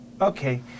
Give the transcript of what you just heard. Okay